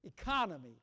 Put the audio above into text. economy